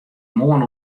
moarn